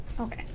okay